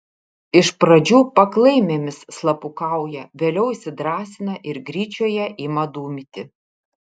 iš pradžių paklaimėmis slapukauja vėliau įsidrąsina ir gryčioje ima dūmyti